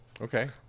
Okay